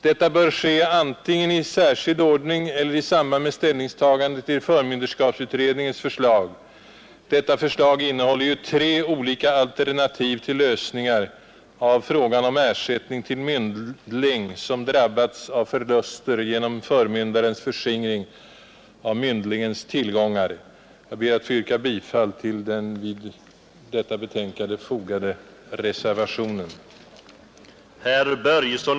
Detta bör ske antingen i särskild ordning eller i samband med ställningstagande till förmynderskapsutredningens förslag. Detta förslag innehåller ju tre olika alternativ till lösningar av frågan om ersättning till myndling som drabbats av förluster genom förmyndarens förskingring av myndlingens tillgångar. Jag ber att få yrka bifall till den vid detta betänkande fogade reservationen.